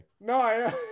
No